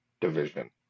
division